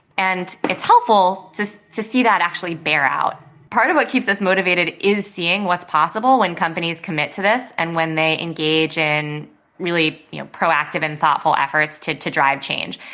and it's helpful to us to see that actually bear out. part of what keeps us motivated is seeing what's possible when companies commit to this and when they engage in really you know proactive and thoughtful efforts to to drive change.